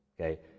Okay